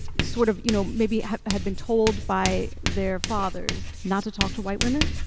sort of you know, maybe have been told by their fathers not to talk to white women,